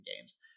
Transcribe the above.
games